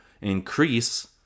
increase